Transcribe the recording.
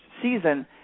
season